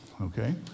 Okay